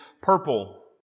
purple